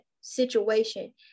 situation